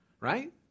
right